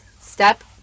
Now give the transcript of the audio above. step